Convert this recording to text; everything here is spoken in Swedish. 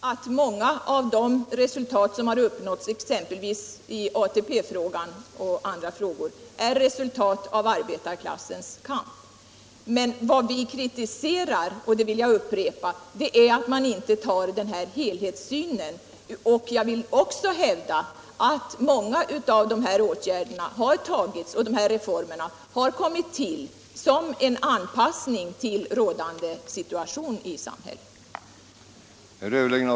Herr talman! Jag har verifierat att många av de framsteg som har uppnåtts, exempelvis i ATP-frågan, är resultat av arbetarklassens kamp. Men vad vi kritiserar — och det vill jag upprepa — är att man inte har den här helhetssynen som jag har talat om. Jag vill också hävda att många av dessa reformer har kommit till som en anpassning till rådande situation i samhället. den det ej vill röstar nej.